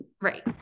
right